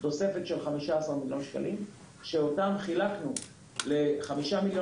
את התקציב חילקנו ל-5,000,000